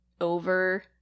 over